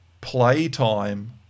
playtime